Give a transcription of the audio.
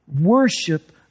worship